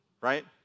right